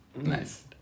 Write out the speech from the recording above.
Nice